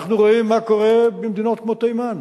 אנחנו רואים מה קורה במדינות כמו תימן,